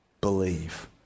believe